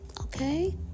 okay